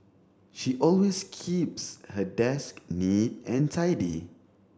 she always keeps her desk neat and tidy